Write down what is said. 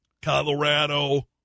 Colorado